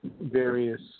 various